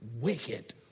wicked